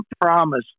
promise